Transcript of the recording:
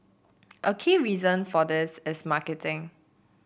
a key reason for this is marketing